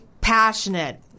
passionate